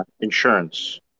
insurance